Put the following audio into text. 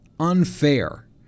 unfair